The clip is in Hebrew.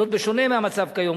זאת בשונה מהמצב כיום,